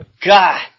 god